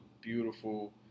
beautiful